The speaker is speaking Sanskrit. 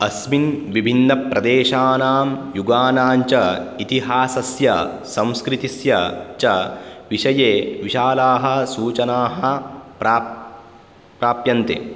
अस्मिन् विबिन्नप्रदेशानां युगानाञ्च इतिहासस्य संस्कृतेः च विषये विशालाः सूचनाः प्राप्यन्ते